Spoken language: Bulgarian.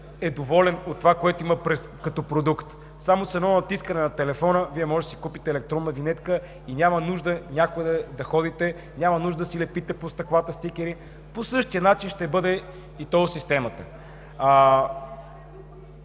е доволен от това, което има като продукт. Само с едно натискане на телефона Вие можете да си купите електронна винетка и няма нужда някъде да ходите, няма нужда да си лепите по стъклата стикери. По същия начин ще бъде и тол системата.